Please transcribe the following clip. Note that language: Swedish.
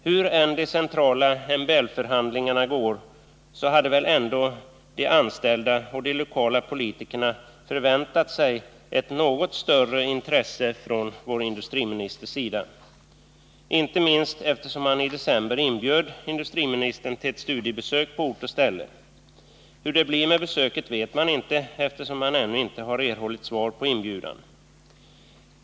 Hur än de centrala MBL-förhandlingarna går hade väl ändå de anställda och de lokala politikerna förväntat sig ett något större intresse från vår industriministers sida, inte minst eftersom de i december inbjöd industriministern till ett studiebesök på ort och ställe. Hur det blir med besöket vet man inte, då man ännu inte har erhållit något svar på inbjudan.